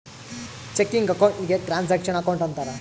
checking account ಗೆ transaction account ಅಂತಾರ